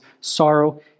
sorrow